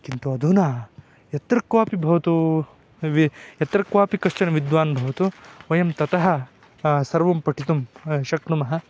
किन्तु अधुना यत्र क्वापि भवतु वा यत्र क्वापि कश्चन विद्वान् भवतु वयं ततः सर्वं पठितुं शक्नुमः